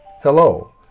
Hello